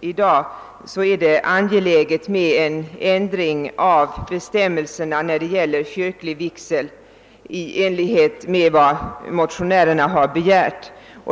i dag förekommer är det angeläget med en ändring av bestämmelserna om kyrklig vigsel i enlighet med vad motionärerna har begärt.